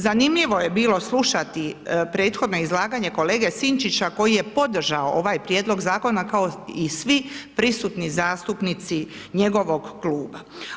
Zanimljivo je bilo slušati prethodno izlaganje kolege Sinčića koji je podržao ovaj prijedlog zakona kao i svi prisutni zastupnici njegovog kluba.